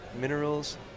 minerals